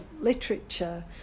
literature